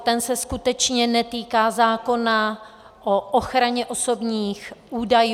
Ten se skutečně netýká zákona o ochraně osobních údajů.